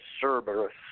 Cerberus